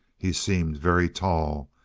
he seemed very tall,